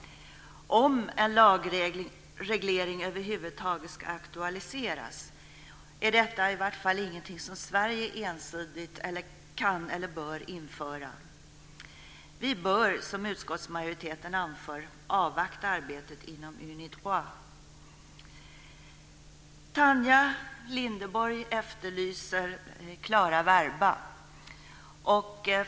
Om en lagreglering över huvud taget ska aktualiseras är detta ingenting som Sverige ensidigt kan eller bör införa. Vi bör, som utskottsmajoriteten anför, avvakta arbetet inom Unidroit. Tanja Linderborg efterlyser klara verba.